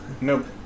Nope